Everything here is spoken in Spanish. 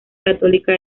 católica